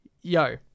Yo